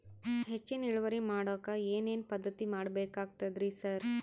ಹೆಚ್ಚಿನ್ ಇಳುವರಿ ಮಾಡೋಕ್ ಏನ್ ಏನ್ ಪದ್ಧತಿ ಮಾಡಬೇಕಾಗ್ತದ್ರಿ ಸರ್?